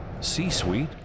C-Suite